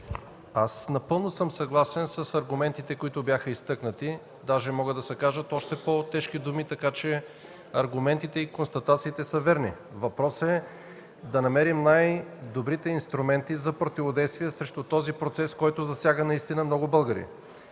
напълно съм съгласен с аргументите, които бяха изтъкнати, даже могат да се кажат още по-тежки думи, така че аргументите и констатациите са верни. Въпросът е да намерим най-добрите инструменти за противодействие срещу този процес, който засяга наистина много българи.